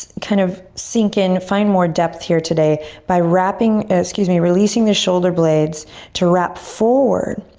kind of sink in, find more depth here today by wrapping, excuse me, releasing the shoulder blades to wrap forward.